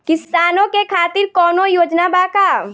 किसानों के खातिर कौनो योजना बा का?